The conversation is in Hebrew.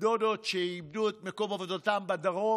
דודות שאיבדו את מקום עבודתן בדרום